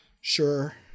Sure